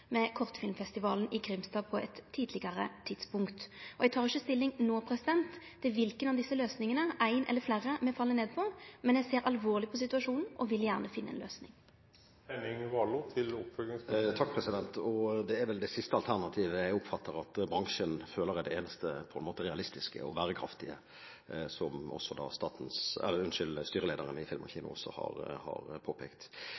med Kortfilmfestivalen i Grimstad på eit tidlegare tidspunkt. Eg tek ikkje stilling no til kva for løysing – ein eller fleire – me fell ned på, men eg ser alvorleg på situasjonen og vil gjerne finne ei løysing. Det er vel det siste alternativet jeg oppfatter at bransjen føler er det eneste realistiske og bærekraftige, som styrelederen i Film & Kino også har påpekt. Da